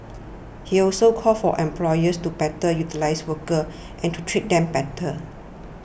he also called for employers to better utilise workers and to treat them better